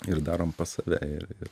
ir darom pas save i ir